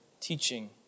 teaching